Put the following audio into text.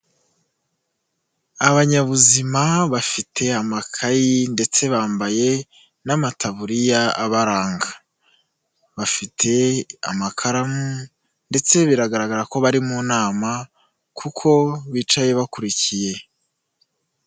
Abanyabuzima bafite amakayi ndetse bambaye n'amataburiya abaranga, bafite amakaramu ndetse biragaragara ko bari mu nama kuko bicaye bakurikiye.